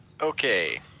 Okay